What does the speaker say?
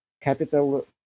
capital